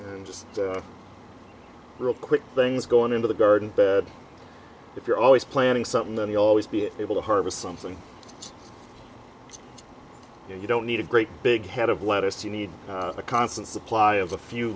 they're just real quick things going into the garden bed if you're always planning something then he always be able to harvest something and you don't need a great big head of lettuce you need a constant supply of a few